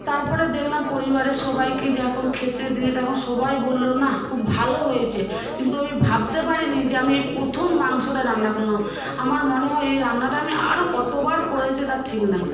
তারপরে দেখলাম পরিবারের সবাইকে যখন খেতে দিয়ে তখন সবাই বলল নাহ খুব ভালো হয়েছে কিন্তু আমি ভাবতে পারিনি যে আমি এই প্রথম মাংসটা রান্না করলাম আমার মনে হয় এই রান্নাটা আমি আরও কতবার করেছি তার ঠিক নাই